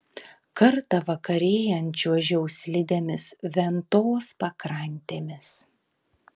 kartą vakarėjant čiuožiau slidėmis ventos pakrantėmis